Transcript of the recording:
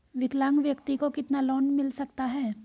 विकलांग व्यक्ति को कितना लोंन मिल सकता है?